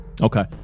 Okay